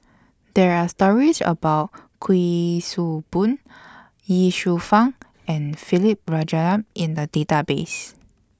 There Are stories about Kuik Swee Boon Ye Shufang and Philip Jeyaretnam in The Database